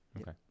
okay